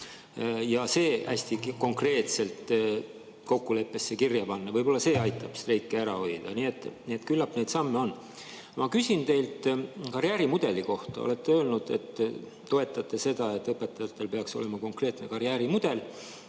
[tuleks] hästi konkreetselt kokkuleppesse kirja panna. Võib-olla see aitab streiki ära hoida. Nii et küllap neid samme on. Ma küsin teilt karjäärimudeli kohta. Olete öelnud, et toetate seda, et õpetajatel peaks olema konkreetne karjäärimudel.